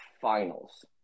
finals